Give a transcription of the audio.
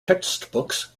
textbooks